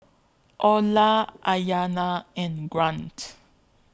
Orla Aiyana and Grant